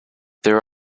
there